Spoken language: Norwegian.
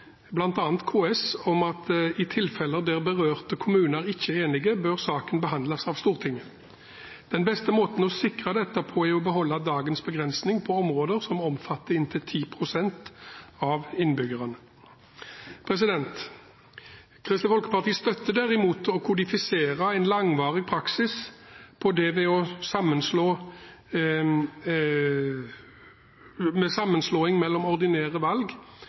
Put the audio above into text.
bl.a. KS om at i tilfeller der berørte kommuner ikke er enige, bør saken behandles av Stortinget. Den beste måten å sikre dette på, er å beholde dagens begrensning på områder som omfatter inntil 10 pst. av innbyggerne. Kristelig Folkeparti støtter derimot å kodifisere en langvarig praksis på det med sammenslåing mellom ordinære valg